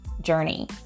journey